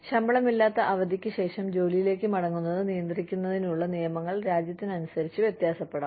ശമ്പളമില്ലാത്ത അവധിക്ക് ശേഷം ജോലിയിലേക്ക് മടങ്ങുന്നത് നിയന്ത്രിക്കുന്നതിനുള്ള നിയമങ്ങൾ രാജ്യത്തിനനുസരിച്ച് വ്യത്യാസപ്പെടാം